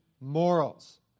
morals